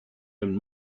own